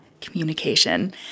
communication